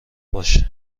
باش